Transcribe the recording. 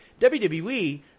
WWE